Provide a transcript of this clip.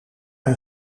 een